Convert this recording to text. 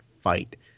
fight